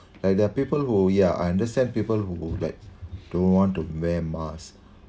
like there are people who yeah I understand people who like don't want to wear mask